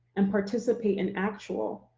and participate in actual,